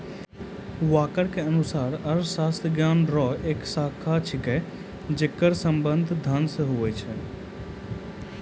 walker के अनुसार अर्थशास्त्र ज्ञान रो एक शाखा छिकै जेकर संबंध धन से हुवै छै